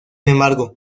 embargo